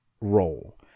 role